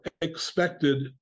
expected